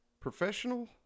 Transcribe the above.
Professional